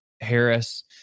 Harris